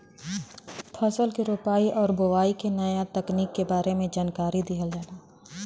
फसल के रोपाई आउर बोआई के नया तकनीकी के बारे में जानकारी दिहल जाला